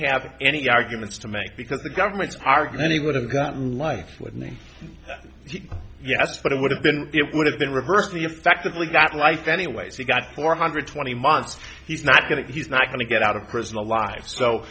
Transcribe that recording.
have any arguments to make because the government's argument he would have gotten life with me yes but it would have been it would have been reversed the effectively got life anyways he got four hundred twenty months he's not going to he's not going to get out of prison alive so